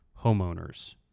homeowners